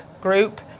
group